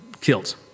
killed